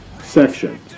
section